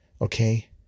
Okay